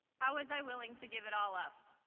how was i willing to give it all up?